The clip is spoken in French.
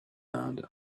inde